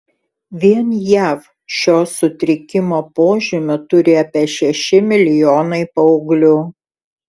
vien jav šio sutrikimo požymių turi apie šeši milijonai paauglių